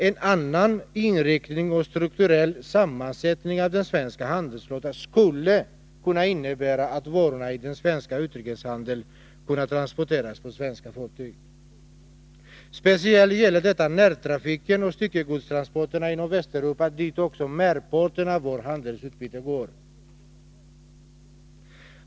En annan inriktning och en annan strukturell sammansättning av den svenska handelsflottan skulle kunna innebära att varorna i den svenska utrikeshandeln kunde transporteras på svenska fartyg. Framför allt gäller detta närtrafiken och styckegodstransporterna inom Västeuropa, dit också merparten av vårt handelsutbyte går.